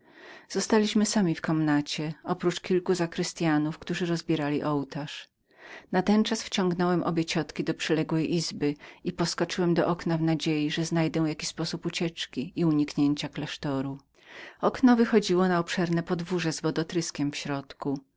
zostaliśmy sami w komnacie oprócz kilku zakrystyanów którzy rozbierali ołtarz natenczas wciągnąłem obie ciotki do przyległej izby i poskoczyłem do okna w nadziei że znajdę jaki sposób ucieczki i uniknięcia klasztoru okno wychodziło na obszerne podwórze z wodotryskiem w środku